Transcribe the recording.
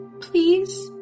please